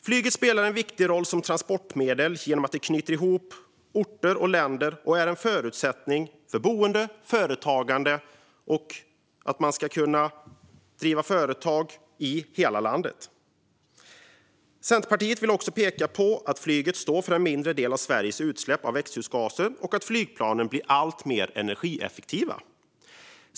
Flyget spelar en viktig roll som transportmedel genom att det knyter ihop orter och länder och är en förutsättning för boende och företagande i hela landet. Centerpartiet vill även peka på att flyget står för en mindre del av Sveriges utsläpp av växthusgaser och att flygplanen blir alltmer energieffektiva.